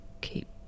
keep